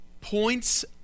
points